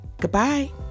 goodbye